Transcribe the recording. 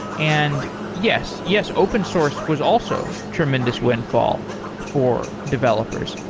and yes. yes, open-source was also tremendous windfall for developers,